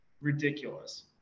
ridiculous